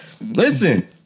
Listen